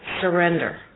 surrender